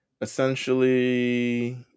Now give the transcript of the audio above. essentially